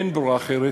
אין ברירה אחרת,